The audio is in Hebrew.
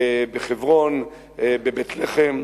בחברון, בבית-לחם.